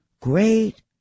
Great